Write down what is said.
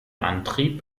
antrieb